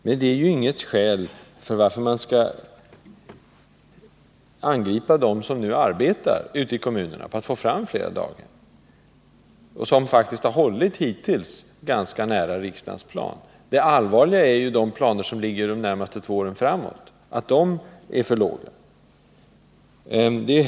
Men det är inget skäl till att angripa dem som nu arbetar ute i kommunerna på att få fram fler daghem och som faktiskt hittills har hållit sig ganska nära den överenskomna planen. Det allvarliga är ju att de planer som avser de närmaste två åren framåt är otillräckliga.